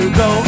go